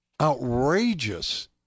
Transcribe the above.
outrageous